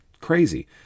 crazy